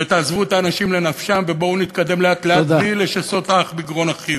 ותעזבו את האנשים לנפשם ובואו נתקדם לאט-לאט בלי לשסות איש בגרון אחיו.